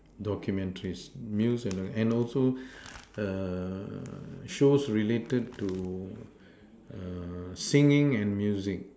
documentaries news and also shows related to singing and music